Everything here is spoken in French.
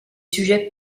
sujets